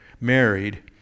married